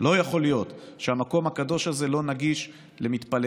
לא יכול להיות שהמקום הקדוש הזה לא נגיש למתפללים,